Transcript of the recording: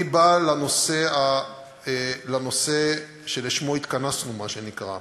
אני בא לנושא שלשמו התכנסנו, מה שנקרא.